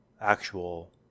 actual